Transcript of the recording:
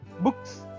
books